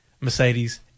Mercedes